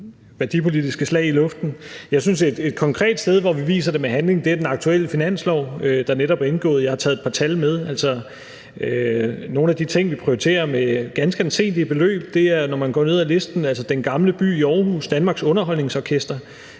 værdipolitiske slag i luften. Jeg synes, at et konkret sted, hvor vi viser det med handling, er den aktuelle finanslovsaftale, der netop er indgået. Jeg har taget et par tal med, og nogle af de ting, vi altså prioriterer med ganske anselige beløb, er, når man går ned ad listen: Den Gamle By i Aarhus, Danmarks Underholdningsorkester,